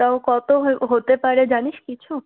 তাও কত হতে পারে জানিস কিছু